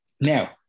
Now